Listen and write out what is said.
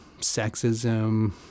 sexism